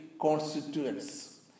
constituents